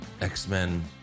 X-Men